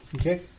Okay